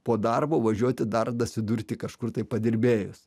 po darbo važiuoti dar dasidurti kažkur tai padirbėjus